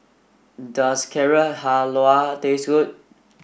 does Carrot Halwa taste good